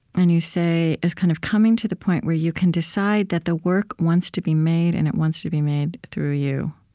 and you say, as kind of coming to the point where you can decide that the work wants to be made, and it wants to be made through you.